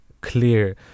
clear